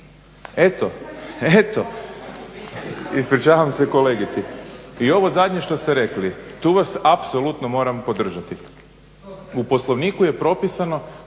Eto. Ispričavam se kolegici. I ovo zadnje što ste rekli tu vas apsolutno moram podržati. U Poslovniku je propisano